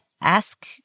ask